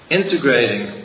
integrating